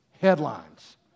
headlines